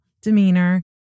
demeanor